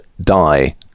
die